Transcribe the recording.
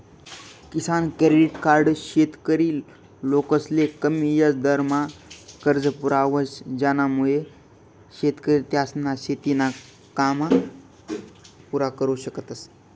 किसान credit card शेतकरी लोकसले कमी याजदरमा कर्ज पुरावस ज्यानामुये शेतकरी त्यासना शेतीना कामे पुरा करु शकतस